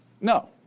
No